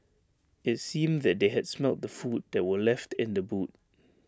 IT seemed that they had smelt the food that were left in the boot